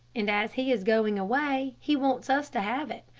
and as he is going away, he wants us to have it,